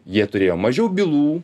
jie turėjo mažiau bylų